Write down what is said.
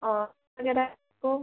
और आपको